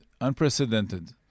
unprecedented